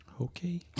Okay